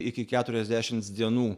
iki keturiasdešimts dienų